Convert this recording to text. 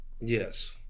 Yes